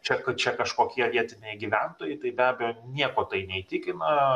čia kad čia kažkokie vietiniai gyventojai tai be abejo nieko tai neįtikina